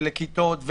לכיתות,